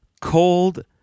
cold